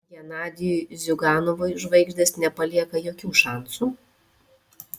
genadijui ziuganovui žvaigždės nepalieka jokių šansų